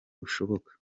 ushoboka